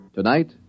Tonight